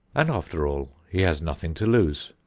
and after all he has nothing to lose.